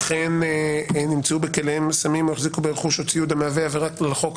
אכן נמצאו בכליהם סמים או החזיקו ברכוש או ציוד המהווה עבירה על החוק,